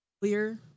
Clear